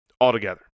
altogether